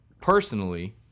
personally